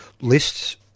lists